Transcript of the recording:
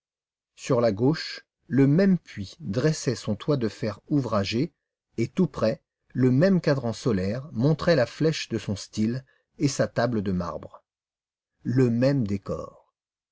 sur la gauche le même puits dressait son toit de fer ouvragé et tout près le même cadran solaire montrait la flèche de son style et sa table de marbre le même décor